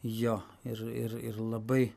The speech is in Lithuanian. jo ir ir ir labai